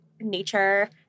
nature